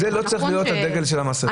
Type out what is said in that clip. זה לא צריך להיות הדגל של המסכה.